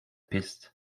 bist